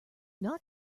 not